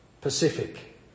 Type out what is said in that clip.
Pacific